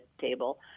table